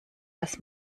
dass